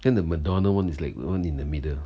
then the madonna one is like the one in the middle